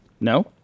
No